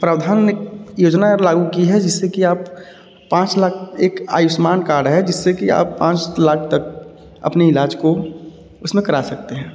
प्रावधान एक योजना लागू की जिससे कि आप पाँच लाख एक आयुष्मान काड है जिससे की आप पाँच लाख तक अपने ईलाज को उसमें करा सकते हैं